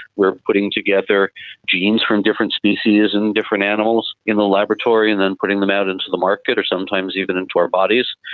we are putting together genes from different species and different animals in the laboratory and then putting them out into the market or sometimes even into our bodies,